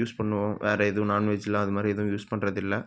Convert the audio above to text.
use பண்ணுவோம் வேறு எதுவும் நான் வெஜ்லாம் அது மாதிரி எதுவும் யூஸ் பண்ணுறதில்ல